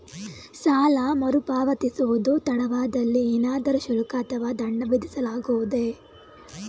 ಸಾಲ ಮರುಪಾವತಿಸುವುದು ತಡವಾದಲ್ಲಿ ಏನಾದರೂ ಶುಲ್ಕ ಅಥವಾ ದಂಡ ವಿಧಿಸಲಾಗುವುದೇ?